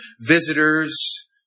visitors